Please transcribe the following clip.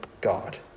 God